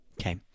okay